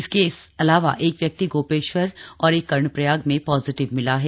इसके अलावा एक व्यक्ति गोपेश्वर तथा एक कर्णप्रयाग में पॉजिटिव मिला है